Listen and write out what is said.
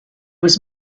was